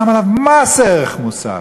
שם עליו מס ערך מוסף,